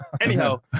Anyhow